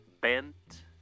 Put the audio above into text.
bent